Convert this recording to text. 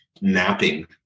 napping